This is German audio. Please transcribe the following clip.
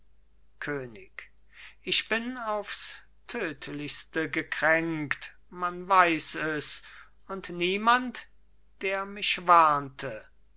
könig ich bin aufs tödlichste gekränkt man weiß es und niemand der mich warnte